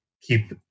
keep